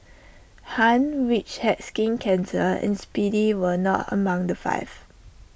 han which had skin cancer and speedy were not among the five